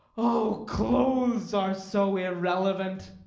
oh, clothes are so irrelevant!